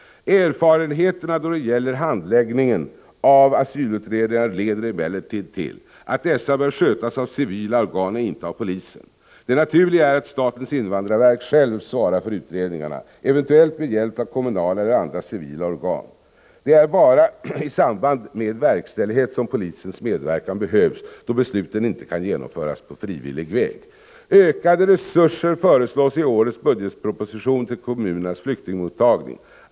Erfarenheterna då det gäller handläggningen av asylutredningar leder emellertid till att dessa bör skötas av civila organ och inte av polisen. Det naturliga är att statens invandrarverk självt svarar för utredningarna, eventuellt med hjälp av kommunala eller andra civila organ. Det är bara i samband med verkställighet då besluten inte kan genomföras på frivillig väg som polisens medverkan behövs. Ökade resurser föreslås i årets budgetproposition till kommunernas flyktingmottagningar.